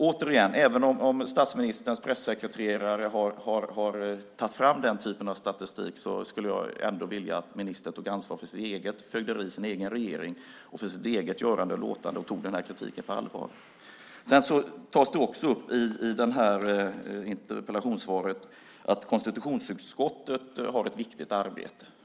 Återigen: Även om statsministerns pressekreterare har tagit fram den typen av statistik skulle jag vilja att ministern tog ansvar för sitt eget fögderi, sin egen regering och sitt eget görande och låtande och tog den här kritiken på allvar. Det tas också upp i interpellationssvaret att konstitutionsutskottet har ett viktigt arbete.